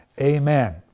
amen